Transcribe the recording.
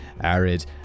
arid